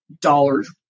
dollars